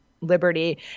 liberty